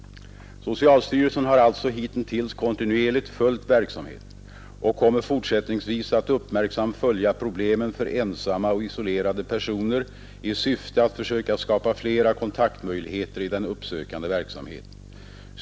Socialstyrelsen har alltså hitintills kontinuerligt följt verksamheten och kommer fortsättningsvis att uppmärksamt följa problemen för ensamma och isolerade personer i syfte att försöka skapa flera kontaktmöjligheter i den uppsökande verksamheten.